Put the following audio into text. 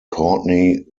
courtney